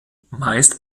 meist